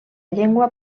llengua